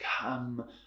come